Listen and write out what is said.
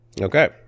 Okay